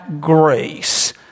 grace